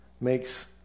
makes